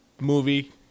movie